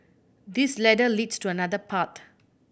this ladder leads to another path